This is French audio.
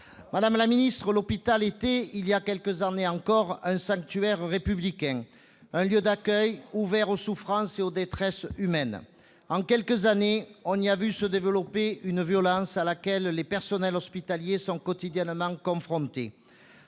Madame la ministre, l'hôpital était il y a quelques années encore un sanctuaire républicain, un lieu d'accueil ouvert aux souffrances et aux détresses humaines. Or, en quelques années, on a vu s'y développer une violence à laquelle les personnels hospitaliers sont quotidiennement confrontés.